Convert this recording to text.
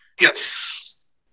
Yes